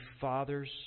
fathers